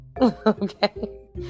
okay